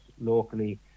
locally